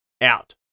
out